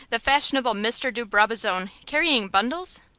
the fashionable mr. de brabazon carrying bundles?